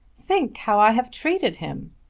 think how i have treated him!